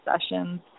sessions